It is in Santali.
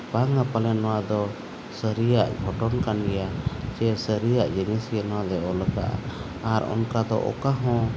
ᱵᱟᱝᱼᱟ ᱯᱟᱞᱮᱫ ᱱᱚᱣᱟ ᱫᱚ ᱥᱟᱹᱨᱤᱭᱟᱜ ᱜᱷᱚᱴᱱ ᱠᱟᱱ ᱜᱮᱭᱟ ᱥᱮ ᱥᱟᱹᱨᱤᱭᱟᱜ ᱡᱤᱱᱤᱥ ᱜᱮ ᱱᱚᱣᱟ ᱫᱚᱭ ᱚᱞ ᱟᱠᱟᱜᱼᱟ ᱟᱨ ᱚᱱᱠᱟ ᱫᱚ ᱚᱠᱟ ᱦᱚᱸ